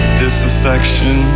disaffection